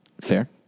fair